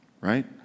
right